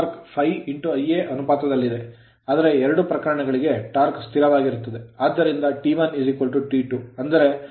Torque torque ∅Ia ಅನುಪಾತದಲ್ಲಿದೆ ಆದರೆ ಎರಡೂ ಪ್ರಕರಣಗಳಿಗೆ torque ಟಾರ್ಕ್ ಸ್ಥಿರವಾಗಿರುತ್ತದೆ